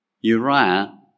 Uriah